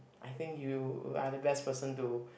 I think you are the best person to